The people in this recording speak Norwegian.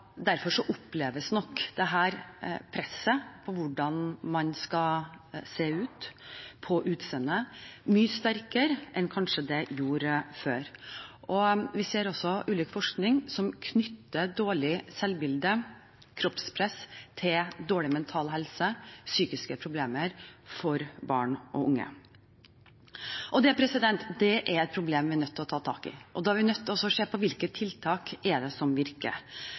Derfor oppleves nok dette presset på hvordan man skal se ut, på utseende, mye sterkere enn det kanskje gjorde før. Vi ser også av ulik forskning at dårlig selvbilde og kroppspress er knyttet til dårlig mental helse og psykiske problemer hos barn og unge. Det er et problem vi er nødt til å ta tak i. Da er vi nødt til å se på hvilke tiltak det er som virker.